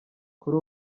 kuri